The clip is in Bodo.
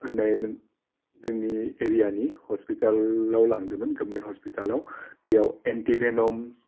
होननाय जोंनि एरियानि हस्पितालाव लांदोंमोन गभमेन्ट हस्पितालाव बेयाव एन्टिभेनम